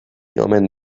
omen